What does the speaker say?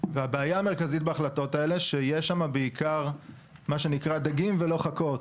הבעיה המרכזית בהחלטות האלה היא שיש שם מה שנקרא דגים ולא חכות.